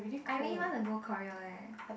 I really wanna go Korea eh